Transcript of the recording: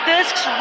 Discs